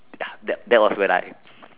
ya that that was when I